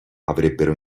avrebbero